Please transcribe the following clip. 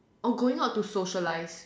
oh going out to socialize